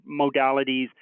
modalities